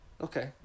okay